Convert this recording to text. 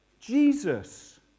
Jesus